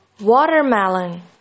Watermelon